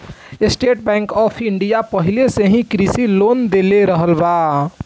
estate bank of India पाहिले से ही कृषि लोन दे रहल बा